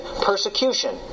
persecution